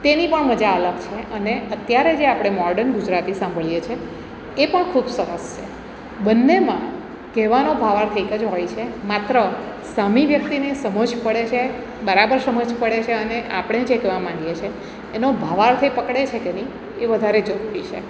તેની પણ મજા અલગ છે અને અત્યારે જે આપણે મોર્ડન ગુજરાતી સાંભળીએ છે એ પણ ખૂબ સરસ છે બંનેમાં કહેવાનો ભાવાર્થ એક જ હોય છે માત્ર સામી વ્યક્તિને સમજ પડે છે બરાબર સમજ પડે છે અને આપણે જે કેવા માંગીએ છે એનો ભાવાર્થ એ પકડે છે કે નહિ એ વધારે જરૂરી છે